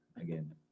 again